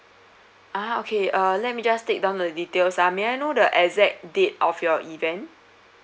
ah okay uh let me just take down the details ah may I know the exact date of your event